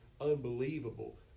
unbelievable